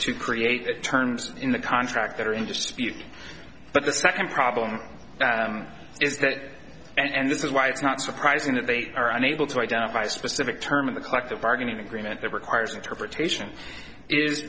to create the terms in the contract that are in dispute but the second problem is that and this is why it's not surprising that they are unable to identify a specific term of the collective bargaining agreement that requires interpretation is